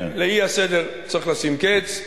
לאי-סדר צריך לשים קץ.